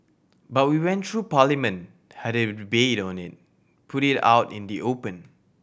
but we went through Parliament had a rebate on it put it out in the open